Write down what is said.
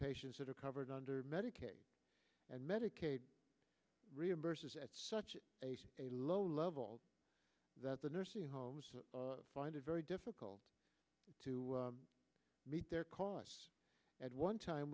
patients that are covered under medicare and medicaid reimburses at such a low level that the nursing homes find it very difficult to meet their costs at one time